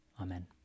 Amen